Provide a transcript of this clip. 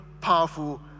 powerful